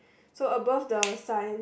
so above the sign